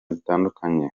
zitandukanye